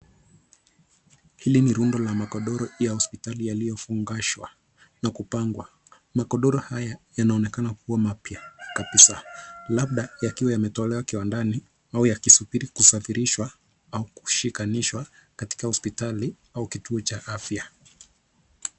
Hili ni rundo la magodoro ya hospitali yalio fungashwa na kupangwa. Magodoro haya yanaonekana kuwa mapywa kabisa labda yakiwa yametolewa kiwandani au yakisubiri kusafirishwa au kushikanishwa katika hospitali au kituo cha afya.